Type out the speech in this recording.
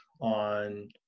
on